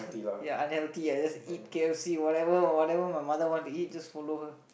ya unhealthy ah just eat K_F_C whatever whatever my mother want to eat just follow her